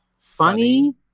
funny